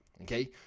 okay